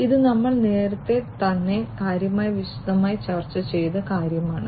ഇത് നമ്മൾ നേരത്തെ തന്നെ കാര്യമായി വിശദമായി ചർച്ച ചെയ്ത കാര്യമാണ്